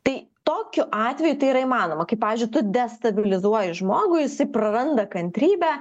tai tokiu atveju tai yra įmanoma kai pavyzdžiui tu destabilizuoji žmogų jisai praranda kantrybę